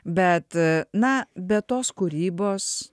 bet na be tos kūrybos